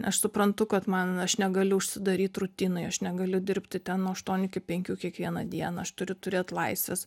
aš suprantu kad man aš negaliu užsidaryt rutinoj aš negaliu dirbti ten nuo aštuonių iki penkių kiekvieną dieną aš turiu turėt laisvės